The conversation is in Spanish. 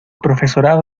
profesorado